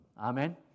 Amen